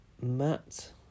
matt